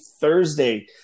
Thursday